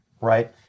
right